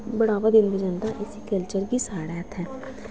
बड़ा बदम बी जंदा ऐ इस कल्चर गी साढ़ै इत्थै